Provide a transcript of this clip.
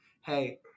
hey